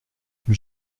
une